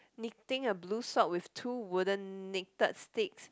knitting a blue sock with two wooden knitted sticks